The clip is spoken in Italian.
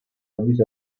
avvisa